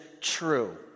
true